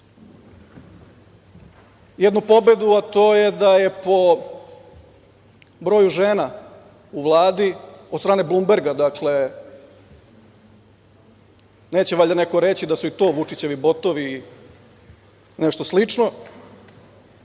jednu pobedu, a to je da je po broju žena u Vladi od strane Blumberga, dakle, neće valjda neko reći i da su to Vučićevi botovi i nešto slično.